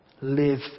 Live